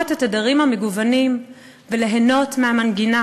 את התדרים המגוונים וליהנות מהמנגינה.